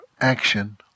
action